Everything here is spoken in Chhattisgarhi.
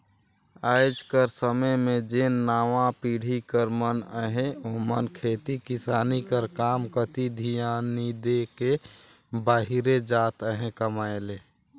आएज कर समे में जेन नावा पीढ़ी कर मन अहें ओमन खेती किसानी कर काम कती धियान नी दे के बाहिरे जात अहें कमाए ले